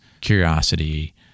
curiosity